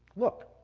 look,